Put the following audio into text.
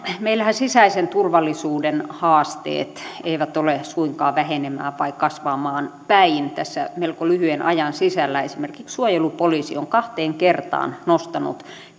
meillähän sisäisen turvallisuuden haasteet eivät ole suinkaan vähenemään vaan kasvamaan päin tässä melko lyhyen ajan sisällä esimerkiksi suojelupoliisi on kahteen kertaan nostanut